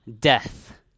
death